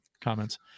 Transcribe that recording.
comments